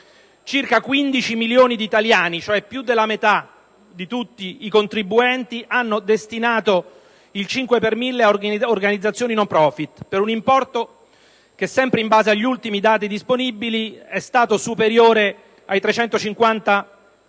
circa 15 milioni di italiani (cioè più della metà di tutti i contribuenti) hanno destinato il 5 per mille ad organizzazioni *no profit*, per un importo che, sempre in base agli ultimi dati disponibili, è stato superiore ai 350 milioni